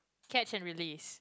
catch and release